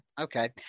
Okay